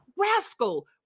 rascal